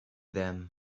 them